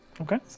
Okay